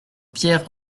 pierre